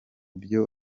byo